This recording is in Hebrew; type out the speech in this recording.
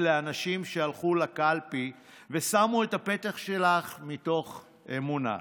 לאנשים שהלכו לקלפי ושמו את הפתק שלך מתוך אמונה.